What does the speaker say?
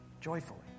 Joyfully